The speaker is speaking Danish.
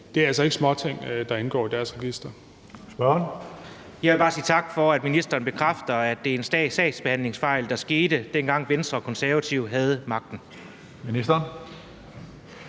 Det er altså ikke småting, der indgår i deres register.